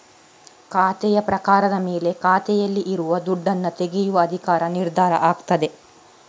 ಖಾತೆಯ ಪ್ರಕಾರದ ಮೇಲೆ ಖಾತೆಯಲ್ಲಿ ಇರುವ ದುಡ್ಡನ್ನ ತೆಗೆಯುವ ಅಧಿಕಾರ ನಿರ್ಧಾರ ಆಗ್ತದೆ